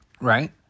Right